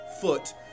foot